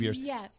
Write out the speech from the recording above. Yes